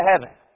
heaven